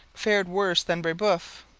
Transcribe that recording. fared worse than brebeuf.